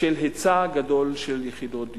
של היצע גדול של יחידות דיור.